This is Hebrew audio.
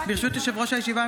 ברשות יושב-ראש הישיבה,